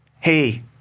hey